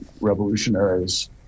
revolutionaries